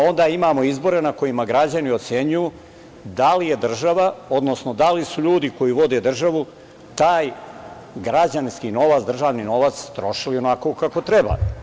Onda imamo izbore na kojima građani ocenjuju da li je država, odnosno da li su ljudi koji vode državu taj građanski novac, držani novac trošili onako kako treba.